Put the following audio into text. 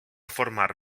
formar